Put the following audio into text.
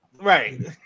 Right